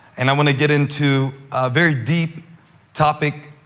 and i want to get into a very deep topic.